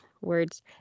words